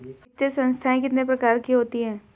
वित्तीय संस्थाएं कितने प्रकार की होती हैं?